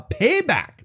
Payback